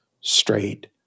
straight